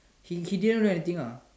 she she didn't do anything lah